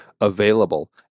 available